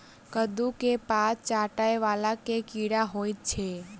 कद्दू केँ पात चाटय वला केँ कीड़ा होइ छै?